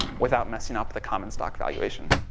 without messing up the common-stock valuation.